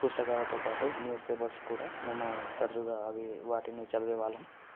పుస్తకాలతో పాటు news papers కూడా మేము తరుచుగా అవి వాటిని చదివే వాళ్ళం